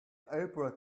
april